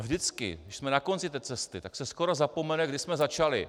Vždycky když jsme na konci té cesty, tak se skoro zapomene, kdy jsme začali.